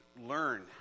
learn